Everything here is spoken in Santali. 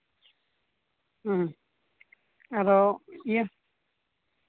ᱟᱫᱚ ᱤᱭᱟᱹ